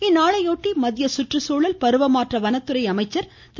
இந்நாளையொட்டி மத்திய சுற்றுச்சூழல் பருவமாற்ற வனத்துறை அமைச்சர் திரு